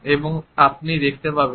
এবং তারপরে আপনি দেখতে পাবেন